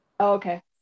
Okay